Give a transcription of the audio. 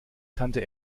tante